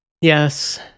yes